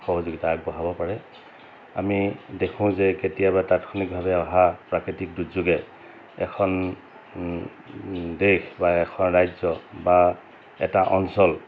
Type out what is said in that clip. সহযোগিতা আগবঢ়াব পাৰে আমি দেখোঁ যে কেতিয়াবা তাৎক্ষণিকভাৱে অহা প্ৰাকৃতিক দুৰ্যোগে এখন দেশ বা এখন ৰাজ্য বা এটা অঞ্চল